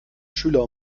schüler